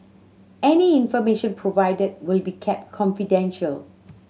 any information provided will be kept confidential